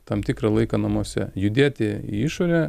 tam tikrą laiką namuose judėti į išorę